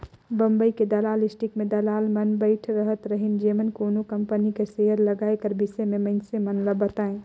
बंबई के दलाल स्टीक में दलाल मन बइठे रहत रहिन जेमन कोनो कंपनी कर सेयर लगाए कर बिसे में मइनसे मन ल बतांए